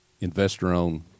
investor-owned